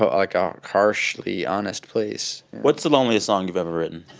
ah a like um harshly honest place what's the loneliest song you've ever written?